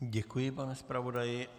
Děkuji, pane zpravodaji.